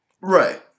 Right